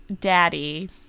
daddy